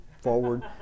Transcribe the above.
forward